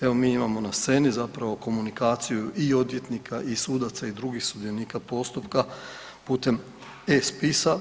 Evo mi imamo na sceni zapravo komunikaciju i odvjetnika i sudaca i drugih sudionika postupka putem e-spisa.